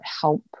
help